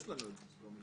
יש לנו את זה במכרז.